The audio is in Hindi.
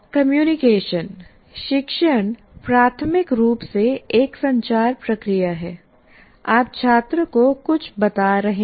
कम्युनिकेशन शिक्षण प्राथमिक रूप से एक संचार प्रक्रिया है आप छात्र को कुछ बता रहे हैं